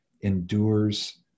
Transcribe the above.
endures